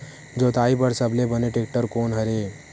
जोताई बर सबले बने टेक्टर कोन हरे?